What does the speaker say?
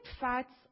fats